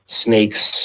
snakes